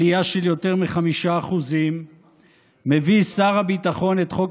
עלייה של יותר מ-5% מביא שר הביטחון את חוק